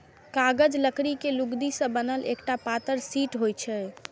कागज लकड़ी के लुगदी सं बनल एकटा पातर शीट होइ छै